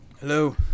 Hello